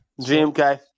GMK